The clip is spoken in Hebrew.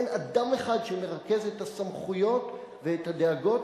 אין אדם אחד שמרכז את הסמכויות ואת הדאגות,